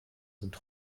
sind